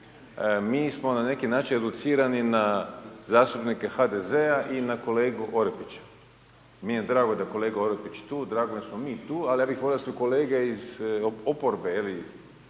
se ne razumije./... na zastupnike HDZ-a i na kolegu Orepića. Meni je drago da kolega Orepić je tu, drago mi je da smo mi tu, ali ja bih volio da su kolege iz oporbe